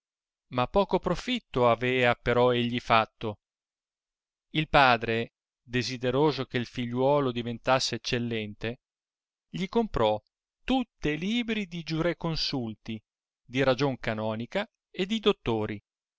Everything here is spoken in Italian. ma poco profitto avea però egli fatto il padre desideroso che il figliuolo diventasse eccellente gli comprò tutti e libri di giureconsulti di ragion canonica e di dottori